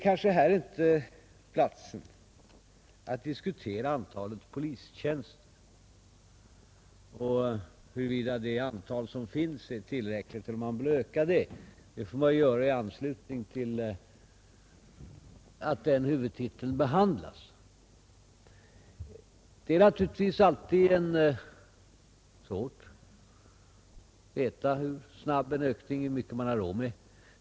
Vidare är nu inte rätta tillfället att diskutera antalet polistjänster och huruvida det antal som finns är tillräckligt eller om man bör öka det. Detta får man göra i anslutning till att den huvudtiteln behandlas. Det är naturligtvis alltid svårt att veta hur snabb ökning man har råd med.